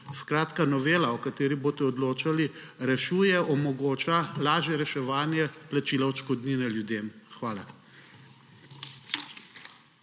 Novela, o kateri boste odločali, rešuje, omogoča lažje reševanje plačila odškodnine ljudem. Hvala.